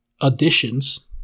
additions